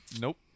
nope